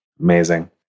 Amazing